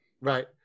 Right